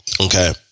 okay